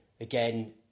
again